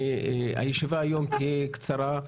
הישיבה היום תהיה קצרה,